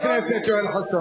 חבר הכנסת יואל חסון.